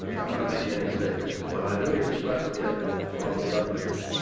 i'm not making any statements, and when i do the express will get it along with the other papers.